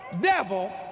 devil